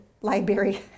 library